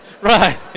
right